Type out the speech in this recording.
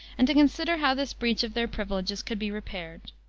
and to consider how this breach of their privileges could be repaired.